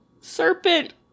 serpent